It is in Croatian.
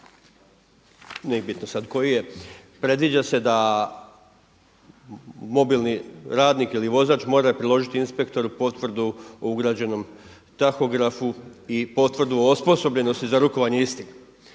nije bitno sad koji je predviđa se da mobilni radnik ili vozač mora priložiti inspektoru potvrdu o ugrađenom tahografu i potvrdu o osposobljenosti za rukovanje istim.